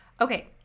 Okay